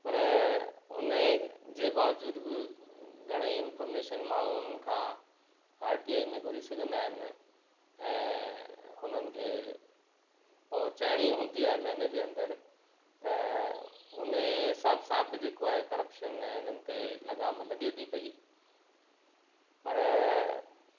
पर उनजे बावज़ूद बि घणेई इंफ़ोर्मेशन माण्हूनि खां आर टी आई में घुरी सघंदा आहिनि ऐं हुननि खे पहुंचाएणी हूंदी आहे महीने जे अंदरि त उन हिसाब सां बि जेको आहे करप्शन तें इन्हनि ते लगामु लॻे थी पई पर